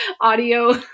audio